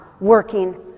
working